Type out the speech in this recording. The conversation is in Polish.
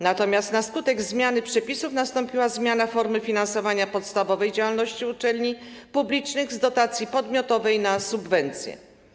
Natomiast na skutek zmiany przepisów nastąpiła zmiana formy finansowania podstawowej działalności uczelni publicznych z dotacji podmiotowej na subwencję.